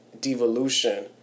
devolution